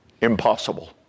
impossible